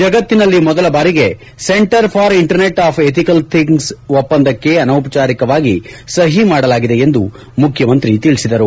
ಜಗತ್ತಿನಲ್ಲಿ ಮೊದಲ ಬಾರಿಗೆ centre for internet of ethical things ಒಪ್ಪಂದಕ್ಕೆ ಅನೌಪಚಾರಿಕವಾಗಿ ಸಹಿಮಾಡಲಾಗಿದೆ ಎಂದು ಮುಖ್ಯಮಂತ್ರಿ ತಿಳಿಸಿದರು